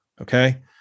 Okay